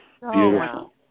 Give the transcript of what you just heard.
Beautiful